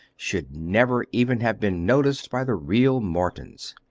should never even have been noticed by the real mortons.